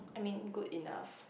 I mean good enough